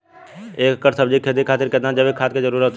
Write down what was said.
एक एकड़ सब्जी के खेती खातिर कितना जैविक खाद के जरूरत होई?